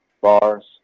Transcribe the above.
bars